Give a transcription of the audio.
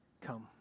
come